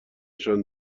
نشان